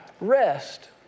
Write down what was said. rest